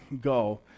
go